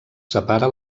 separa